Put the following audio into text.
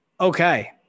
Okay